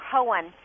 Cohen